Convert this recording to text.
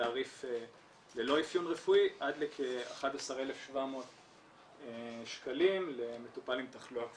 בתעריף ללא אפיון רפואי עד לכ-11,700 שקלים למטופל עם תחלואה כפולה.